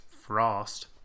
frost